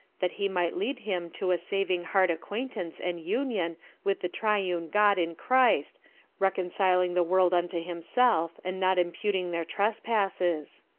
that he might lead him to a saving heart-acquaintance and union with the triune god in christ reconciling the world unto himself and not imputing their trespasses.